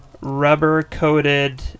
rubber-coated